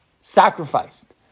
sacrificed